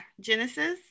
Genesis